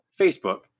Facebook